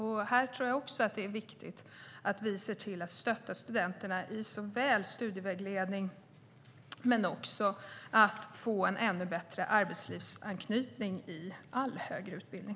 Här tror jag att det är viktigt att vi stöttar studenterna i såväl studievägledning som i att få en ännu bättre arbetslivsanknytning i all högre utbildning.